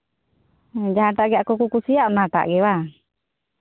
ᱦᱮᱸ ᱡᱟᱦᱟᱸᱴᱟᱜ ᱜᱮ ᱟᱠᱚ ᱠᱚ ᱠᱩᱥᱤᱭᱟᱜᱼᱟ ᱚᱱᱟᱴᱟᱜ ᱜᱮ ᱵᱟᱝ